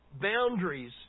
boundaries